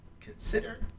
consider